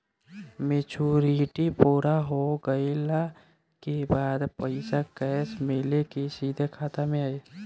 Maturity पूरा हो गइला के बाद पईसा कैश मिली की सीधे खाता में आई?